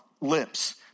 lips